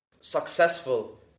successful